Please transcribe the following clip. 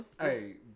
Hey